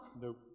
Nope